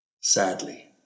Sadly